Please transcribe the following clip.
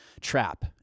trap